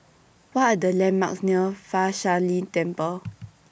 What Are The landmarks near Fa Shi Lin Temple